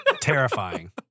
terrifying